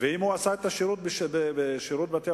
ואם הוא עשה את השירות בשירות בתי-הסוהר,